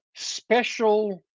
special